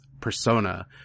persona